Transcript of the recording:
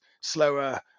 slower